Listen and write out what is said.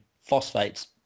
phosphates